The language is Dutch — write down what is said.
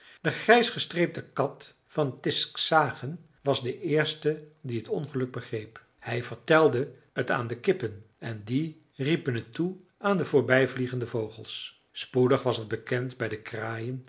de grijs gestreepte kat van tisksagen was de eerste die het ongeluk begreep hij vertelde het aan de kippen en die riepen het toe aan de voorbijvliegende vogels spoedig was het bekend bij de kraaien